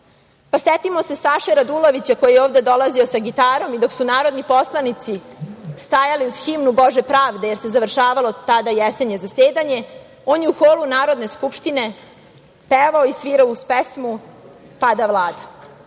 dom. Setimo se Saše Radulovića koji je ovde dolazio sa gitarom. Dok su narodni poslanici stajali uz himnu „Bože pravde“ jer se završavalo tada jesenje zasedanje, on je u holu Narodne skupštine pevao i svirao uz pesmu „Pada